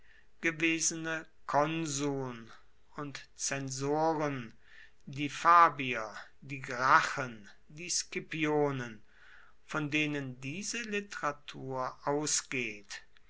gewesene konsuln und zensoren die fabier die gracchen die scipionen von denen diese literatur ausgeht